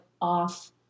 off